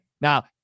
now